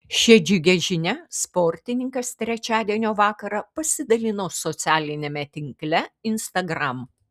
šia džiugia žinia sportininkas trečiadienio vakarą pasidalino socialiniame tinkle instagram